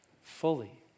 fully